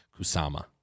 Kusama